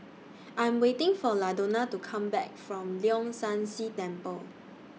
I'm waiting For Ladonna to Come Back from Leong San See Temple